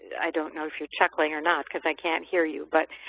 i don't know if you're chuckling or not because i can't hear you. but